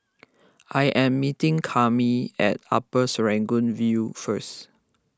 I am meeting Cami at Upper Serangoon View first